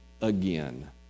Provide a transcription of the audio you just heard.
again